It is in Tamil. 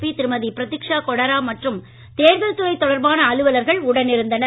பி திருமதி பிரதிக்ஷா கொடரா மற்றும் தேர்தல் துறை தொடர்பான அலுவலர்கள் உடனிருந்தனர்